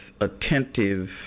attentive